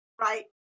right